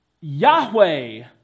Yahweh